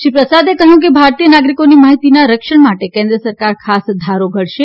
શ્રી પ્રસાદે કહ્યું કે ભારતીય નાગરિકોની માહિતીના રક્ષણ માટે કેન્દ્ર સરકાર ખાસ ધારો ધડશે